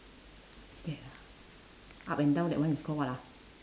what is that ah up and down that one is call what ah